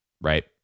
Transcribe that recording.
right